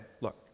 look